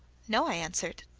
no, i answered.